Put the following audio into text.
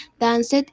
danced